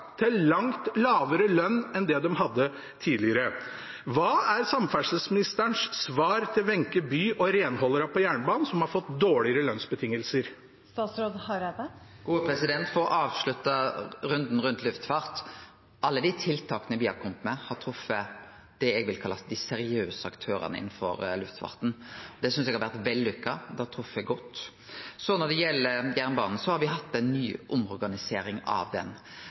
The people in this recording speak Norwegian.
til langt lavere lønn enn det de hadde tidligere. Hva er samferdselsministerens svar til Wenche Bye og renholderne på jernbanen, som har fått dårligere lønnsbetingelser? For å avslutte runden om luftfarten: Alle dei tiltaka me har kome med, har treft det eg vil kalle dei seriøse aktørane innanfor luftfarten. Det synest eg har vore vellykka. Det har treft godt. Når det gjeld jernbanen, har me hatt ei ny omorganisering av